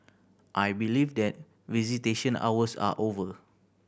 I believe that visitation hours are over